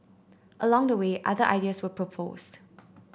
along the way other ideas were proposed